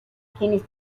quienes